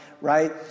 right